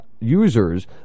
users